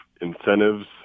incentives